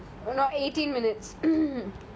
we're not eighteen minutes